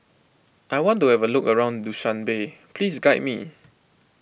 I want to have a look around Dushanbe Please guide me